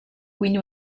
quindi